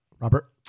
Robert